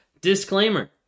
Disclaimer